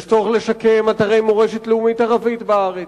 יש צורך לשקם אתרי מורשת לאומית-ערבית בארץ,